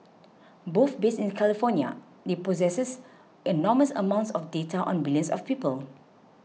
both based in California they possess enormous amounts of data on billions of people